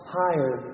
higher